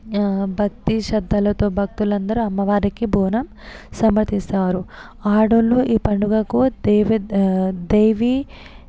భక్తి శ్రద్ధలతో భక్తులందరూ అమ్మవారికి బోనం సమర్ధిస్తారు ఆడోళ్ళు ఈ పండుగకు దేవా దేవి